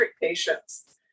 patients